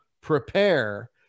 prepare